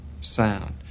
sound